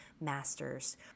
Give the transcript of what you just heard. masters